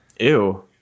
Ew